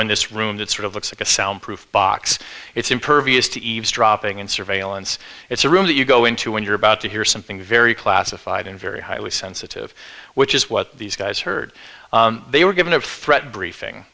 in this room that sort of looks like a soundproof box it's impervious to eavesdropping and surveillance it's a room that you go into when you're about to hear something very classified and very highly sensitive which is what these guys heard they were given a threat briefing